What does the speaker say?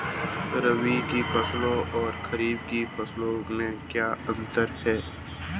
रबी फसलों और खरीफ फसलों में क्या अंतर है?